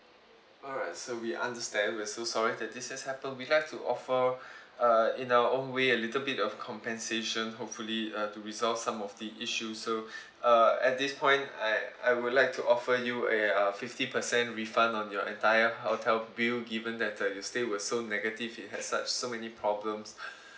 alright so we understand we're so sorry that this has happened we'd like to offer uh in our own way a little bit of compensation hopefully uh to resolve some of the issues so uh at this point I I would like to offer you a uh fifty percent refund on your entire hotel bill given that uh your stay was so negative it has such so many problems